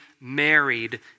married